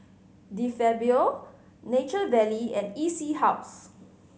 De Fabio Nature Valley and E C House